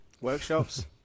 workshops